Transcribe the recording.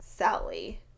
Sally